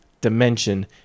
dimension